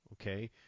Okay